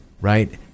right